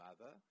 mother